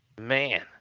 Man